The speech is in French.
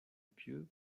pieux